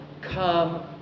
come